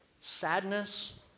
sadness